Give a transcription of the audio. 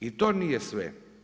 I to nije sve.